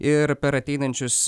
ir per ateinančius